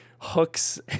hooks